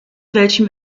welchem